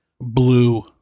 Blue